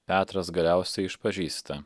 petras galiausiai išpažįsta